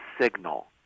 signal